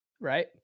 Right